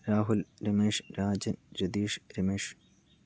Rahul Ramesh Rajan Ratheesh Ramesh